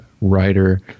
writer